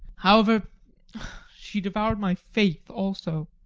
however she devoured my faith also,